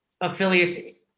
Affiliates